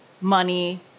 money